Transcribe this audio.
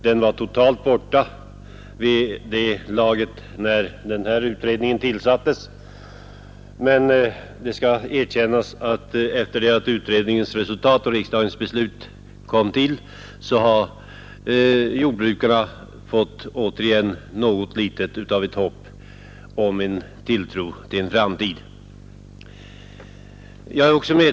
Den var totalt borta vid den tidpunkt när utredningen tillsattes. Det skall erkännas att sedan den utredningen redovisat sitt resultat och riksdagen fattat sitt beslut har jordbrukarna återigen fått något litet av ett hopp om en framtid.